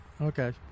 Okay